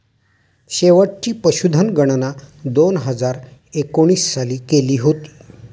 शेवटची पशुधन गणना दोन हजार एकोणीस साली केली होती